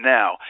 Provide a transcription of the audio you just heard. now